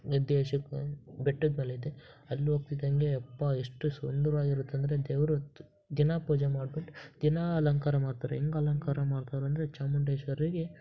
ಬೆಟ್ಟದ್ಮೇಲಿದೆ ಅಲ್ಲಿ ಹೋಗ್ತಿದ್ದಂಗೆ ಅಪ್ಪಾ ಎಷ್ಟು ಸುಂದರ್ವಾಗಿರುತ್ತೆ ಅಂದರೆ ದೇವರು ದ್ ದಿನಾಲೂ ಪೂಜೆ ಮಾಡ್ಬಿಟ್ಟು ದಿನಾಲೂ ಅಲಂಕಾರ ಮಾಡ್ತಾರೆ ಹೆಂಗ್ ಅಲಂಕಾರ ಮಾಡ್ತಾರೆ ಅಂದರೆ ಚಾಮುಂಡೇಶ್ವರಿಗೆ